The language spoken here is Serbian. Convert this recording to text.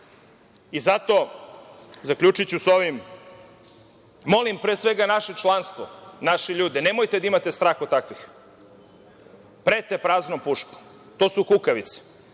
svesni. Zato, zaključiću sa ovim, molim, pre svega, naše članstvo, naše ljude, nemojte da imate strah od takvih, prete praznom puškom. To su kukavice.